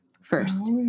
first